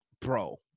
bro